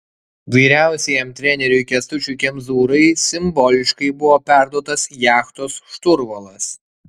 vyriausiajam treneriui kęstučiui kemzūrai simboliškai buvo perduotas jachtos šturvalas